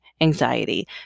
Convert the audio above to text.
anxiety